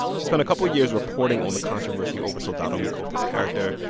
she spent a couple of years reporting on the controversy over soldado micolta's character.